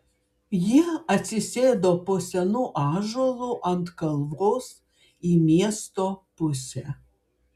jie atsisėdo po senu ąžuolu ant kalvos į miesto pusę